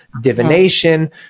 divination